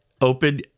open